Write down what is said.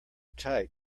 tight